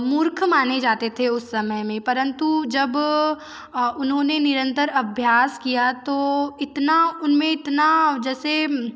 मुर्ख माने जाते थे उस समय में परंतु जब उन्होंने निरंतर अभ्यास किया तो इतना उन में इतना जैसे